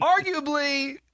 arguably